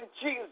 Jesus